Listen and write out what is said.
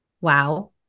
Wow